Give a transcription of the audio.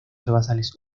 herbazales